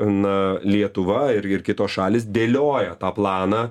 na lietuva ir ir kitos šalys dėlioja tą planą